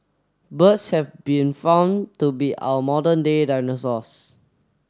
birds have been found to be our modern day dinosaurs